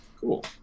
Cool